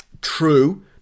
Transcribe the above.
True